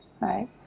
Right